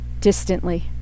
distantly